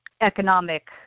economic